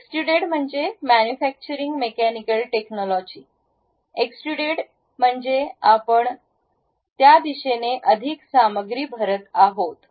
extruded म्हणजे manufacturing mechanical technology extrude म्हणजे आपण त्या दिशेने अधिक सामग्री भरत आहात